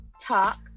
Talk